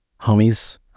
Homies